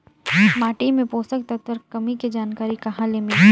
माटी मे पोषक तत्व कर कमी के जानकारी कहां ले मिलही?